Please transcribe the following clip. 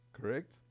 Correct